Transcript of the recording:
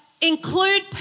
include